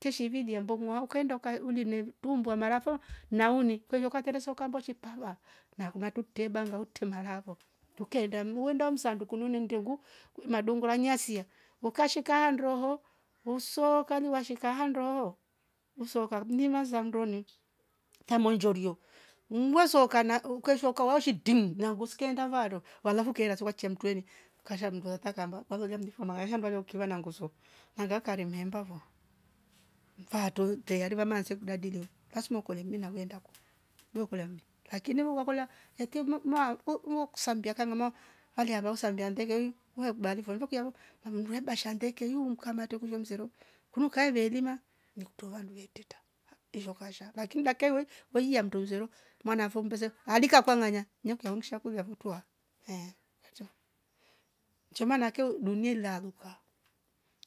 Tishivilia mbongua ukaenda ukaunile tumbua marafo na uni kweiya ukatereza uakambiwa chipaba na kuna artu tebanga ngauti marango tukaienda uenda msanduku nunu ndengu madungula nyasia ukashika handoo uso ukaliwa shika hando uso ukamnyima za ndoni tamwe njori yoo mwesoka na ukweshesoka waoshi diim na nguskia ndavaro walafu ukiera wacha mtueni ukasham mndwe takamba walolia mdwishi maiyashandua deukia na nguso. Na dhakari mmemba vo mvaa tu tei alivama nseku kudadilio lazima ukole imini na veendako ukolia mme. lakini uwakolia ikivunu nua uu- uuokusambia akangama aliorosa ndeandekeni wekubalivo ivo kialuv namundu eba shante ekeyu mkamate ukuvya msero kurukaevelima nakto wandue teta izokashaz lakini dakiwe weia ndozero maana vombezo alika akangwanya nokiaumsha kulia avutwa ehh. Chuma nakeu dunila luka